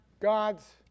God's